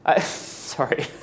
Sorry